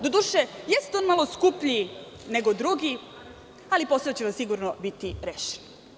Doduše, jeste on malo skuplji nego drugi, ali posao će vam sigurno biti rešen.